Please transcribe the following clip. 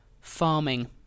farming